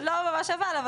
לא ממש אבל,